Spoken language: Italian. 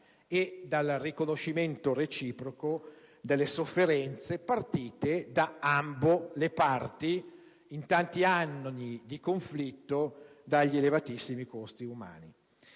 e dal riconoscimento reciproco delle sofferenze patite da ambo le parti in tanti anni di conflitto dagli elevatissimi costi umani.